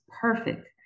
perfect